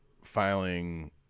filing